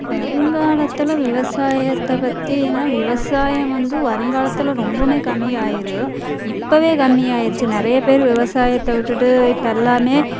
வருங்காலத்தில் விவசாயத்தை பற்றினா விவசாயம் வந்து வருங்காலத்தில் ரொம்பவும் கம்மியாயிடும் இப்போவே கம்மி ஆகிருச்சு நிறைய பேர் விவசாயத்தை விட்டுட்டு இப்போ எல்லாம்